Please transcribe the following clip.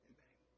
Amen